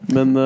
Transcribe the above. Men